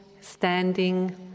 standing